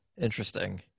Interesting